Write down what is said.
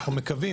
אנחנו מקווים,